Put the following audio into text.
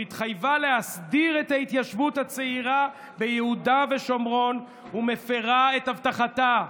שהתחייבה להסדיר את ההתיישבות הצעירה ביהודה ושומרון ומפירה את הבטחתה,